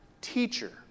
teacher